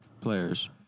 players